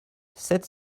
sept